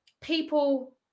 people